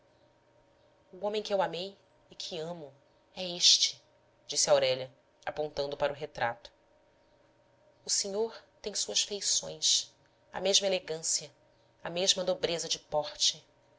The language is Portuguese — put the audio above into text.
o homem que eu amei e que amo é este disse aurélia apontando para o retrato o senhor tem suas feições a mesma elegância a mesma nobreza de porte